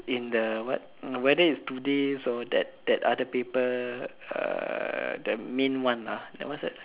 in the what whether it's Today's or that that other paper uh the main one ah what's that